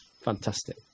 fantastic